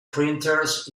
printers